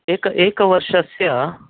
एक एकवर्षस्य